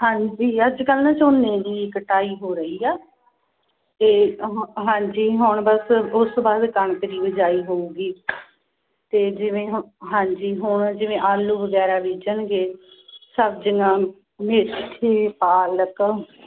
ਹਾਂਜੀ ਅੱਜ ਕੱਲ੍ਹ ਨਾ ਝੋਨੇ ਦੀ ਕਟਾਈ ਹੋ ਰਹੀ ਆ ਅਤੇ ਹ ਹਾਂਜੀ ਹੁਣ ਬਸ ਉਸ ਤੋਂ ਬਾਅਦ ਕਣਕ ਦੀ ਬਿਜਾਈ ਹੋਊਗੀ ਅਤੇ ਜਿਵੇਂ ਹੁ ਹਾਂਜੀ ਹੁਣ ਜਿਵੇਂ ਆਲੂ ਵਗੈਰਾ ਬੀਜਣਗੇ ਸਬਜ਼ੀਆਂ ਮੇਥੇ ਪਾਲਕ